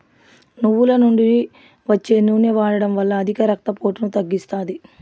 నువ్వుల నుండి వచ్చే నూనె వాడడం వల్ల అధిక రక్త పోటును తగ్గిస్తాది